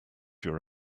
your